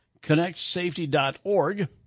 ConnectSafety.org